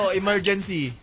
emergency